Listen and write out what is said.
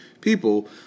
people